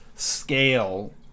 scale